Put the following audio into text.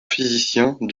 physiciens